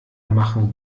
machen